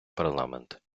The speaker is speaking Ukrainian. парламент